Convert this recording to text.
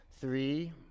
Three